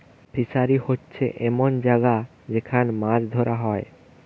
fishery হোচ্ছে এমন জাগা যেখান মাছ ধোরা হয়